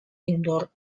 indoor